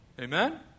Amen